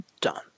Done